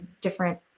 different